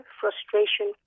frustration